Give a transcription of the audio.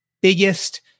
biggest